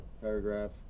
paragraph